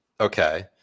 Okay